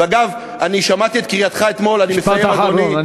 אגב, אני שמעתי את קריאתך אתמול, משפט אחרון.